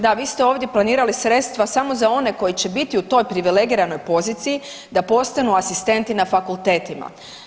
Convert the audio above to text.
Da, vi ste ovdje planirali sredstva samo za one koji će biti u toj privilegiranoj poziciji da postanu asistenti na fakultetima.